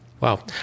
Wow